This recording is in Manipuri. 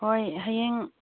ꯍꯣꯏ ꯍꯌꯦꯡ